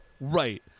Right